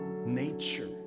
Nature